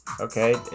Okay